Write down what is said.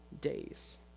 days